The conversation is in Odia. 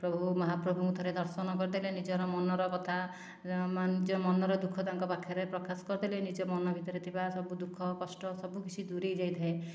ପ୍ରଭୁ ମହାପ୍ରଭୁଙ୍କୁ ଥରେ ଦର୍ଶନ କରିଦେଲେ ନିଜର ମନର କଥା ନିଜ ମନର ଦୁଃଖ ତାଙ୍କ ପାଖରେ ପ୍ରକାଶ କରିଦେଲେ ନିଜ ମନ ଭିତରେ ଥିବା ସବୁ ଦୁଃଖ କଷ୍ଟ ସବୁ କିଛି ଦୂରେଇ ଯାଇଥାଏ